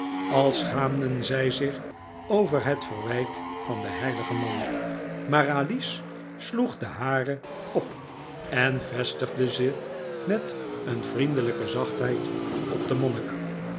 als schaamden zij zich over het verwijt van den heiligen man maar alice sloeg de hare op en vestigde ze met een vriendelijke zachtheid op den